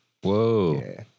Whoa